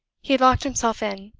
he locked himself in.